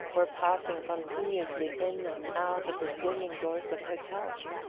were passing continuously in and out of the swinging doors of hotels.